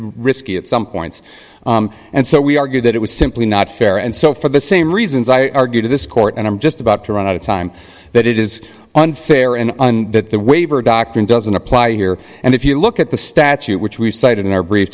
risky at some points and so we argued that it was simply not fair and so for the same reasons i argued to this court and i'm just about to run out of time that it is unfair and and that the waiver doctrine doesn't apply here and if you look at the statute which we've cited in our brief